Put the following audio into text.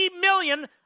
million